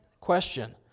question